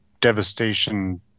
devastation